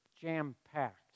jam-packed